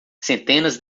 centenas